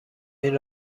این